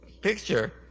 picture